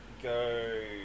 Go